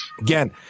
Again